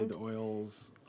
oils